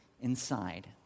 inside